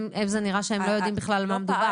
זה נראה שהם לא יודעים בכלל על מה מדובר.